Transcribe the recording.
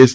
S